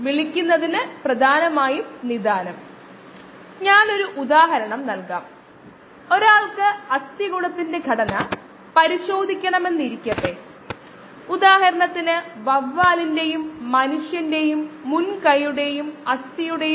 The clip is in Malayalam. ഇത് ധാരാളം ഉൾക്കാഴ്ചകളും നൽകുന്നു പക്ഷേ ഉചിതമായ പ്രക്രിയകൾ രൂപകൽപ്പന ചെയ്യാൻ കഴിയുക എന്നതാണ് പ്രായോഗിക വശം